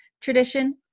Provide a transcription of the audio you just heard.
tradition